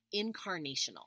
incarnational